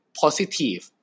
positive